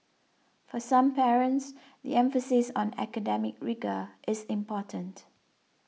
for some parents the emphasis on academic rigour is important